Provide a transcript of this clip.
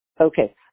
Okay